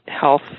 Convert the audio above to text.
health